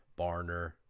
Barner